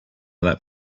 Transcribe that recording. that